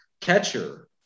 catcher